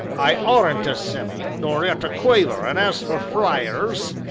i aren't a semmy, nor yet a quaver, an' as for friers,